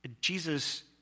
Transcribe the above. Jesus